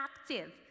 active